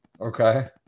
Okay